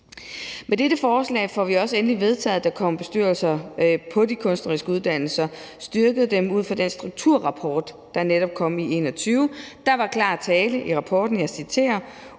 Med dette forslag får vi også endelig vedtaget, at der kommer bestyrelser på de kunstneriske uddannelser, og styrket dem ud fra Strukturudvalgets rapport, der kom i 2021. Der var klar tale i rapporten, og jeg citerer: